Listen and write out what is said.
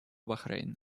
бахрейн